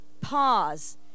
pause